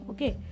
Okay